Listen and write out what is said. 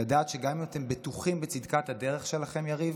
לדעת שגם אם אתם בטוחים בצדקת הדרך שלכם, יריב,